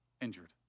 injured